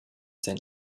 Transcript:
sein